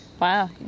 Wow